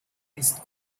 ist